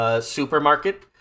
supermarket